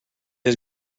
his